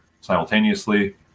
simultaneously